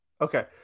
Okay